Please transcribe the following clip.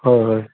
হয় হয়